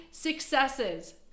successes